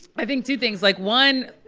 i think two things. like, one,